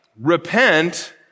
repent